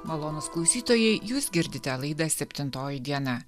malonūs klausytojai jūs girdite laidą septintoji diena